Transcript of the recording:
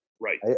Right